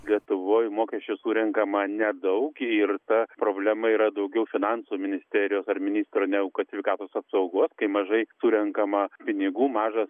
lietuvoj mokesčių surenkama nedaug ir ta problema yra daugiau finansų ministerijos ar ministro negu kad sveikatos apsaugos kai mažai surenkama pinigų mažas